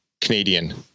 Canadian